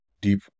deep